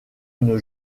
une